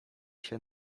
się